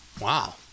Wow